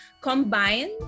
combine